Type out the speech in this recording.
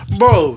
bro